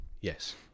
yes